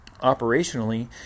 operationally